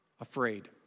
afraid